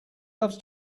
loves